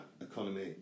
economy